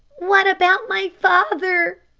what about my father?